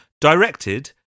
directed